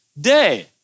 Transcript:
day